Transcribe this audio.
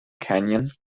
canyon